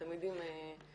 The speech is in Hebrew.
ותמיד עם חיוך,